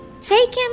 taken